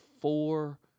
four